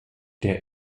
der